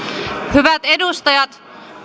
hyvät edustajat